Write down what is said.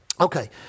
Okay